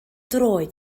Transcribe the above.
droed